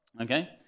okay